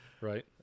Right